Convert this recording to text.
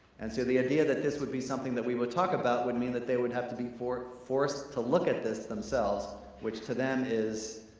and so the idea that this would be something that we would talk about would mean that they would have to be forced forced to look at this themselves which to them is,